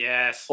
Yes